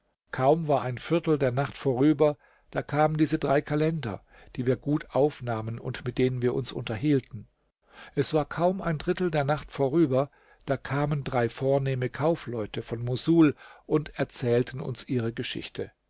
kaum war ein viertel der nacht vorüber da kamen diese drei kalender die wir gut aufnahmen und mit denen wir uns unterhielten es war kaum ein drittel der nacht vorüber da kamen drei vornehme kaufleute von mossul und erzählten uns ihre geschichte